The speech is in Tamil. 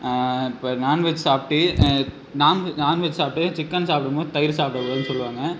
இப்போ நான்வெஜ் சாப்பிட்டு நான்வெ நான்வெஜ் சாப்பிட்டுட்டு சிக்கன் சாப்பிடும் போது தயிர் சாப்பிட கூடாதுன்னு சொல்லுவாங்க